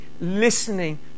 listening